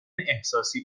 احساسی